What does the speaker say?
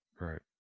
Right